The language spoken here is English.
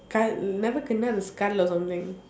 skull never kena the skull or something